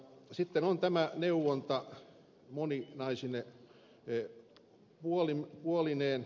sitten on tämä neuvonta moninaisine huolineen